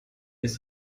ist